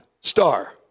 star